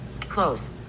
Close